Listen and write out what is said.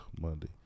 Monday